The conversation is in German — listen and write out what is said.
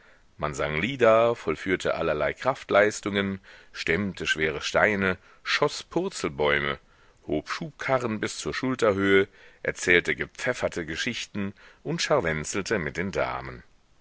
man sang lieder vollführte allerlei kraftleistungen stemmte schwere steine schoß purzelbäume hob schubkarren bis zur schulterhöhe erzählte gepfefferte geschichten und scharwenzelte mit den damen